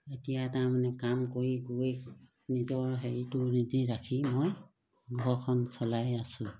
এতিয়া তাৰমানে কাম কৰি গৈ নিজৰ হেৰিটো নিজে ৰাখি মই ঘৰখন চলাই আছোঁ